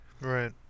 Right